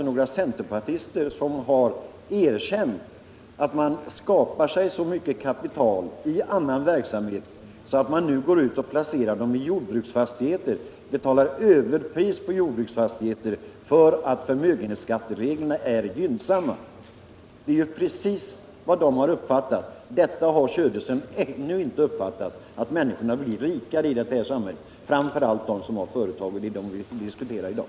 Några centerpartister har alltså erkänt att man skapar åt sig så mycket kapital i annan verksamhet att man nu placerar kapitalet i jordbruksfastigheter och betalar överpriser på dessa för att förmögenhetsskattereglerna är gynnsamma. Det har centerpartisterna uppfattat. Men herr Söderström har ännu inte uppfattat att människorna i detta samhälle blir rikare, framför allt de som har företag.